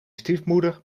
stiefmoeder